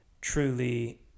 truly